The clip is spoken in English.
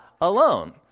alone